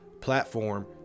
platform